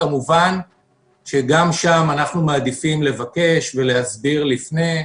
כמובן שגם שם אנחנו מעדיפים לבקש ולהסביר לפני.